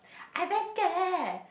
I very scared leh